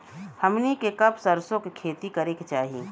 हमनी के कब सरसो क खेती करे के चाही?